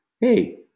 Hey